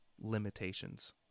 limitations